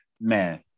Man